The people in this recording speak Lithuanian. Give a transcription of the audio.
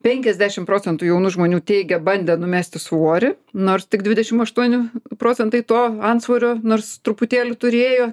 penkiasdešim procentų jaunų žmonių teigia bandę numesti svorį nors tik dvidešim aštuoni procentai to antsvorio nors truputėlį turėjo